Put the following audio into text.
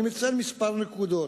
אני מציין כמה נקודות.